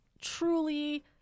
truly